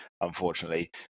unfortunately